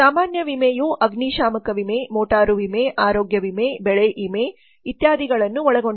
ಸಾಮಾನ್ಯ ವಿಮೆಯು ಅಗ್ನಿಶಾಮಕ ವಿಮೆ ಮೋಟಾರು ವಿಮೆ ಆರೋಗ್ಯ ವಿಮೆ ಬೆಳೆ ವಿಮೆ ಇತ್ಯಾದಿಗಳನ್ನು ಒಳಗೊಂಡಿದೆ